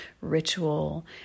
ritual